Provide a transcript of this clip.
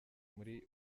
muri